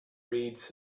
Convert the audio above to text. reads